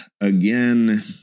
Again